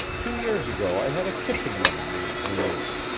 two years ago i had a kitchen woman named meleese.